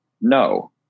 no